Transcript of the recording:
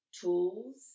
tools